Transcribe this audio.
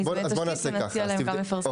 נציע להם גם לפרסם אצלם.